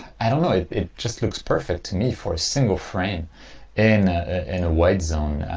i don't know it just looks perfect to me for a single frame in and a white zone.